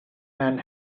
man